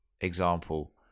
example